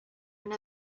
and